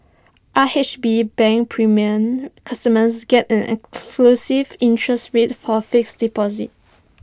R H B bank premier customers get an exclusive interest rate for fixed deposits